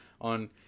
on